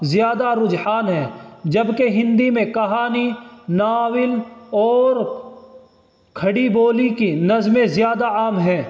زیادہ رجحان ہے جبکہ ہندی میں کہانی ناول اور کھڑی بولی کی نظمیں زیادہ عام ہے